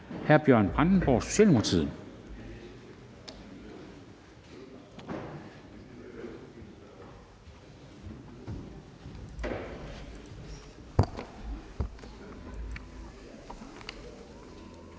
Hr. Bjørn Brandenborg, Socialdemokratiet.